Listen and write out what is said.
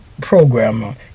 programmer